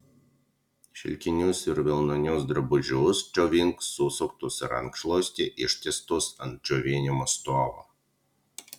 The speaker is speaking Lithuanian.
šilkinius ir vilnonius drabužius džiovink susuktus į rankšluostį ištiestus ant džiovinimo stovo